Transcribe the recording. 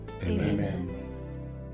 Amen